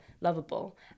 lovable